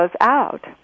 out